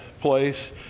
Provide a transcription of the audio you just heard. place